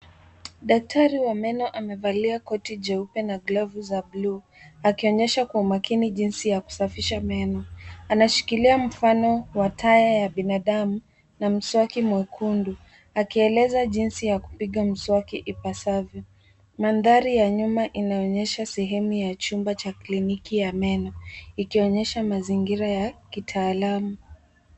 Daktari wa meno amevalia koti jeupe na glavu za buluu akionyesha kwa umakini jinsi ya kusafisha meno. Anashikilia mfano wa taya ya binadamu na mswaki mwekundu akieleza jinsi ya kupiga mswaki ipasavyo. Mandhari ya nyuma inaonyesha sehemu ya chumba cha klikiki ya meno ikionyesha mazingira ya kitaalam.